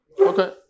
okay